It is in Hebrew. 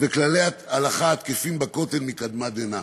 וכללי הלכה התקפים בכותל מקדמת דנא.